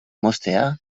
moztea